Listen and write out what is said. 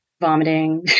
vomiting